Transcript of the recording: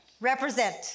represent